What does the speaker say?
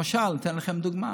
למשל, אני אתן לכם דוגמה: